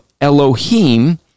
Elohim